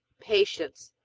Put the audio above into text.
patience,